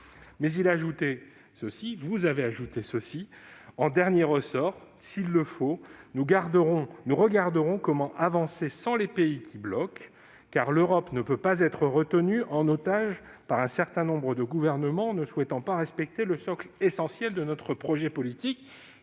le secrétaire d'État, vous avez ajouté :« En dernier ressort, s'il le faut, nous regarderons comment avancer sans les pays qui bloquent, car l'Europe ne peut pas être retenue en otage par un certain nombre de gouvernements ne souhaitant pas respecter le socle essentiel de notre projet politique.